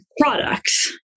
products